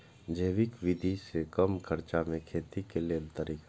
जैविक विधि से कम खर्चा में खेती के लेल तरीका?